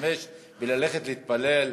להשתמש וללכת להתפלל,